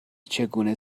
چگونه